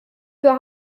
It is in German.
für